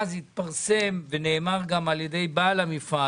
ואז נאמר על ידי בעל המפעל